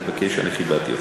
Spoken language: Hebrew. אני מבקש, אני כיבדתי אותך.